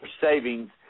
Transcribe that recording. savings